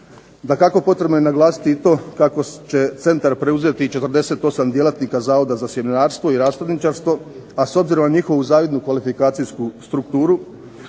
Dakako potrebno je naglasiti i to kako će centar preuzeti 48 djelatnika Zavoda za sjemenarstvo i rasadničarstvo, a s obzirom na njihovu zavidnu kvalifikacijsku strukturu,